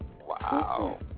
Wow